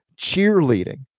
cheerleading